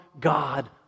God